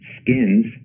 skins